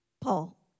Paul